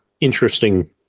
interesting